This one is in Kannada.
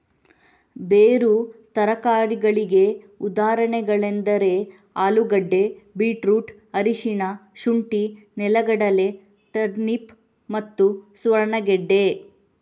ಬೇರು ತರಕಾರಿಗಳಿಗೆ ಉದಾಹರಣೆಗಳೆಂದರೆ ಆಲೂಗೆಡ್ಡೆ, ಬೀಟ್ರೂಟ್, ಅರಿಶಿನ, ಶುಂಠಿ, ನೆಲಗಡಲೆ, ಟರ್ನಿಪ್ ಮತ್ತು ಸುವರ್ಣಗೆಡ್ಡೆ